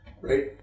right